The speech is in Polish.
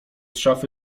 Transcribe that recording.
szafy